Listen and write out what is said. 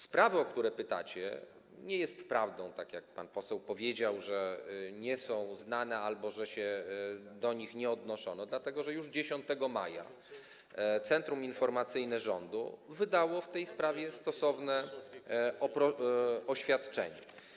Sprawy, o które pytacie, nie jest prawdą tak, jak pan poseł powiedział, że nie są znane albo że się do nich nie odnoszono, dlatego że już 10 maja Centrum Informacyjne Rządu wydało w tej sprawie stosowne oświadczenie.